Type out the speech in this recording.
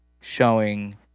showing